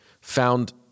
found